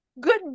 Good